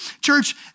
Church